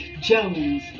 Jones